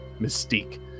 Mystique